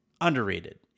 underrated